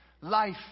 Life